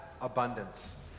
abundance